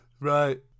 Right